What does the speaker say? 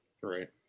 right